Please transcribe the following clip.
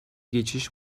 geçiş